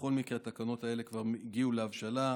ובכל מקרה התקנות האלה כבר הגיעו להבשלה,